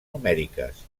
numèriques